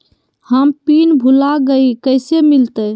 हम पिन भूला गई, कैसे मिलते?